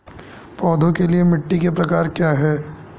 पौधों के लिए मिट्टी के प्रकार क्या हैं?